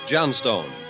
Johnstone